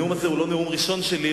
הנאום הזה הוא לא נאום ראשון שלי,